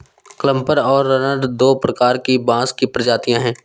clumper और runner दो प्रकार की बाँस की प्रजातियाँ हैं